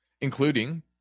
including